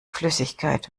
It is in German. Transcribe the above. flüssigkeit